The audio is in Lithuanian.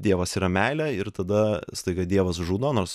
dievas yra meilė ir tada staiga dievas žudo nors